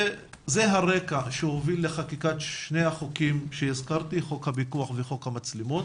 זה הרקע שהוביל לחקיקת שני החוקים שהזכרתי חוק הפיקוח וחוק המצלמות